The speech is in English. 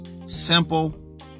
Simple